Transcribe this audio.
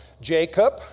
Jacob